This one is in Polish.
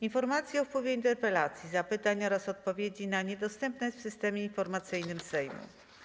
Informacja o wpływie interpelacji, zapytań oraz odpowiedzi na nie dostępna jest w Systemie Informacyjnym Sejmu.